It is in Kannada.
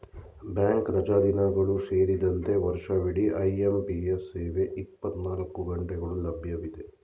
ಬ್ಯಾಂಕ್ ರಜಾದಿನಗಳು ಸೇರಿದಂತೆ ವರ್ಷವಿಡಿ ಐ.ಎಂ.ಪಿ.ಎಸ್ ಸೇವೆ ಇಪ್ಪತ್ತನಾಲ್ಕು ಗಂಟೆಗಳು ಲಭ್ಯವಿದೆ